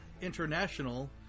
international